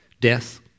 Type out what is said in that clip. death